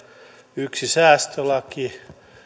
yksi säästölaki